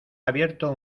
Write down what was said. abierto